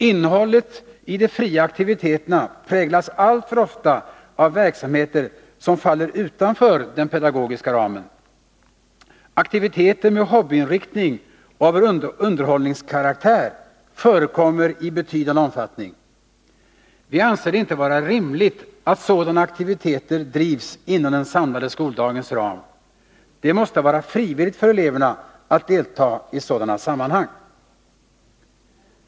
Innehållet i de fria aktiviteterna präglas alltför ofta av verksamheter som faller utanför den pedagogiska ramen. Aktiviteter med hobbyinriktning och av underhållskaraktär förekommer i betydande omfattning. Vi anser det inte vara rimligt att sådana aktiviteter drivs inom den samlade skoldagens ram. Det måste vara frivilligt för eleverna att delta i sådana sammanhang.